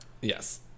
Yes